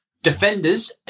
defenders